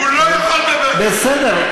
הוא לא יכול לדבר, בסדר.